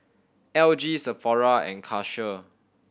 L G Sephora and Karcher